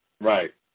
Right